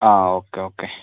ആ okay okay